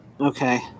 Okay